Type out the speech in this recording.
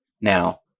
now